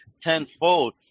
tenfold